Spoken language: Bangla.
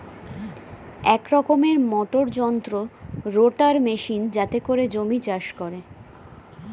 এক রকমের মোটর যন্ত্র রোটার মেশিন যাতে করে জমি চাষ করে